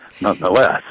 nonetheless